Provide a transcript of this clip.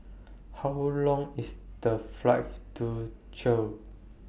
How Long IS The Flight to chill